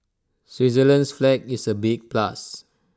Switzerland's flag is A big plus